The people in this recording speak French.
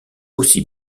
aussi